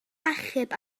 achub